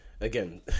again